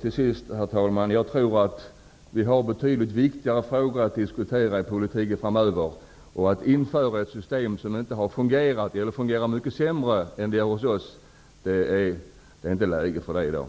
Till sist, herr talman, tror jag att vi framöver har betydligt viktigare frågor att diskutera i politiken. Att då införa ett system som fungerar mycket sämre än vårt är det i dag inte läge för.